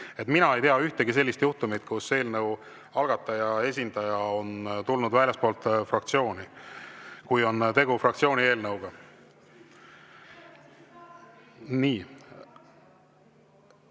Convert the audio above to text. Mina ei tea ühtegi sellist juhtumit, kus eelnõu algataja esindaja on tulnud väljastpoolt fraktsiooni, kui on tegu fraktsiooni eelnõuga.